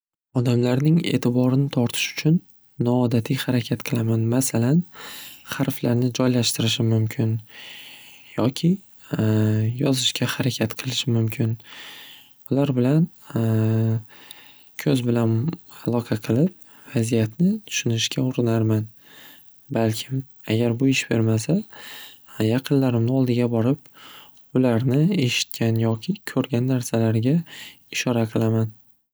Odamlarni e'tiborini tortish uchun noodatiy harakat qilaman. Masalan xarflarni joylashtirishim mumkin yoki yozishga harakat qilishim mumkin, ular bilan ko'z bilan aloqa qilib vaziyatni tushunishga urinarman balkim. Agar bu ish bermasa yaqinlarimni oldiga borib ularni eshitgan yoki ko'rgan narsalariga ishora qilaman.